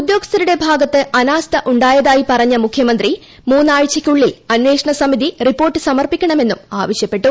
ഉദ്യോഗസ്ഥരുടെ ഭാഗത്ത് അനാസ്ഥ ഉ ായതായി പറഞ്ഞ മുഖ്യമന്ത്രി മൂന്നാഴ്ചയ്ക്കുള്ളിൽ അന്വേഷണ സമിതി റിപ്പോർട്ട് സമർപ്പിക്കണമെന്നും ആവശ്യപ്പെട്ടു